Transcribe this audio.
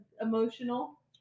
emotional